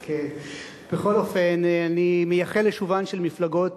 בכל אופן, אני מייחל לשובן של מפלגות